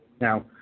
Now